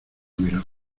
mirada